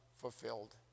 fulfilled